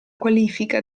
qualifica